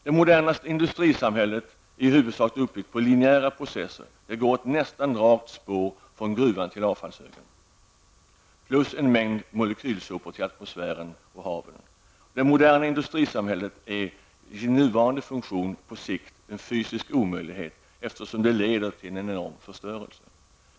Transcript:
Det moderna industrisamhället är i huvudsak uppbyggt på linjära processer -- det går ett nästan rakt spår från gruvan till avfallshögen plus en mängd molekylsopor till atmosfären och ut i haven. Det moderna industrisamhället är i sin nuvarande funktion på sikt en fysisk omöjlighet, eftersom det leder till en enorm förstörelse.